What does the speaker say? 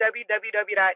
www